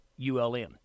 ULM